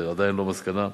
זו עדיין לא מסקנה,